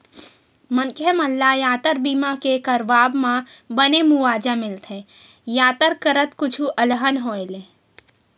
मनखे मन ल यातर बीमा के करवाब म बने मुवाजा मिलथे यातर करत कुछु अलहन होय ले